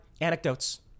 anecdotes